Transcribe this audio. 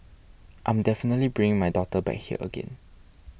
I'm definitely bringing my daughter back here again